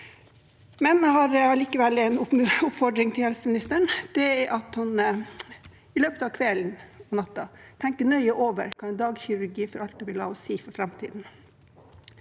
for. Jeg har allikevel en oppfordring til helseministeren. Det er at han i løpet av kvelden og natten tenker nøye over hva en dagkirurgi i Alta vil ha å si for framtiden.